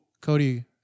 Cody